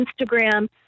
Instagram